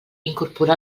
incorporà